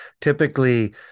Typically